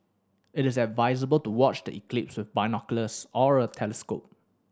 but it's advisable to watch the eclipse with binoculars or a telescope